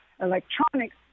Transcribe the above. electronics